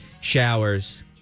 showers